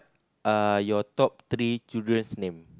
are your top three children's name